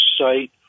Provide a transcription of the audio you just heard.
site